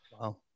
Wow